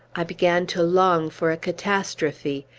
i began to long for a catastrophe.